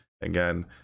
again